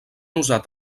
usat